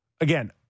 again